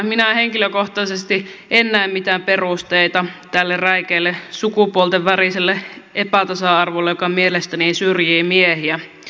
minä henkilökohtaisesti en näe mitään perusteita tälle räikeälle sukupuolten väliselle epätasa arvolle joka mielestäni syrjii miehiä